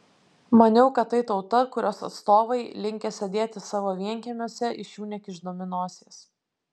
maniau kad tai tauta kurios atstovai linkę sėdėti savo vienkiemiuose iš jų nekišdami nosies